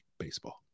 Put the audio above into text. baseball